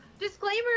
disclaimer